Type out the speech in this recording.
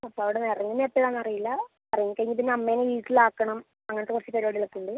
അപ്പോൾ അവിടുന്ന് ഇറങ്ങുന്നത് എപ്പഴാന്ന് അറിയില്ല ഇറങ്ങി കഴിഞ്ഞാൽ പിന്നെ അമ്മേനെ വീട്ടിൽ ആക്കണം അങ്ങനത്ത കുറച്ച് പരിപാടികൾ ഒക്കെ ഉണ്ട്